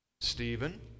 Stephen